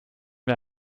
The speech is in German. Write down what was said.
mir